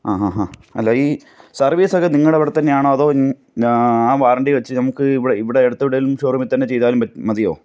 അ ഹ ഹ അല്ല ഈ സർവ്വീസൊക്കെ നിങ്ങളുടെ അവിടെ തന്നെ ആണോ അതോ നാ ആ വാറൻറ്റി വെച്ച് നമുക്ക് ഇവിടെ ഇവിടെ അടുത്തെവിടെയെങ്കിലും ഷോ റൂമിൽ തന്നെ ചെയ്താലും പെറ്റ് മതിയോ